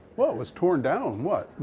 well, it was torn down what?